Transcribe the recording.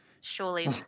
surely